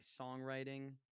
songwriting